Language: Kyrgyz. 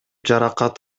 жаракат